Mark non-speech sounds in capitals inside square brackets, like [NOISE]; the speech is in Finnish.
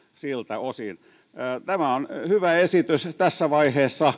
siltä osin tämä on hyvä esitys tässä vaiheessa [UNINTELLIGIBLE]